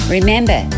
Remember